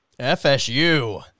FSU